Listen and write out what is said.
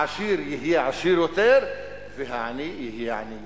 העשיר יהיה עשיר יותר והעני יהיה עני יותר.